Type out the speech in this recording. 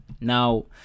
Now